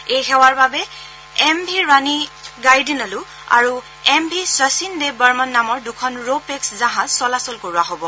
এই সেৱাৰ বাবে এম ভি ৰাণী গাইডিনলু আৰু এম ভি শচীন দেৱ বৰ্মন নামৰ দুখন ৰো পেক্স জাহাজ চলাচল কৰোৱা হব